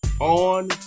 on